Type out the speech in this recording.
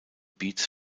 beats